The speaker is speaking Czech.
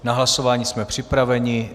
Na hlasování jsme připraveni.